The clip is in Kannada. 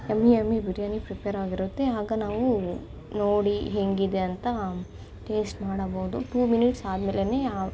ಯಮ್ಮಿ ಯಮ್ಮಿ ಬಿರಿಯಾನಿ ಪ್ರಿಪೇರ್ ಆಗಿರುತ್ತೆ ಆಗ ನಾವು ನೋಡಿ ಹೀಗಿದೆ ಅಂತ ಟೇಸ್ಟ್ ಮಾಡ್ಬೋದು ಟೂ ಮಿನಿಟ್ಸ್ ಅದ್ಮೇಲೆನೇ ಆ